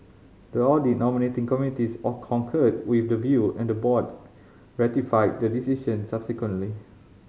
the audit nominating committees concurred with the view and the board ratified this decision subsequently